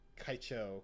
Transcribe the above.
Kaicho